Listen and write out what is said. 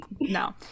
no